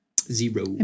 Zero